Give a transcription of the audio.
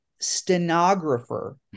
stenographer